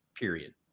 period